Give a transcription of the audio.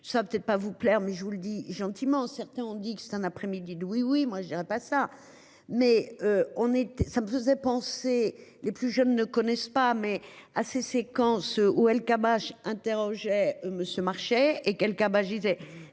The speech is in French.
ça va peut-être pas vous plaire mais je vous le dis gentiment. Certains ont dit que c'est un après-midi d'oui oui moi je dirais pas ça, mais on était, ça me faisait penser les plus jeunes ne connaissent pas mais à ces séquences ou Elkabbach interrogeait monsieur Marchais et quel Abachidzé.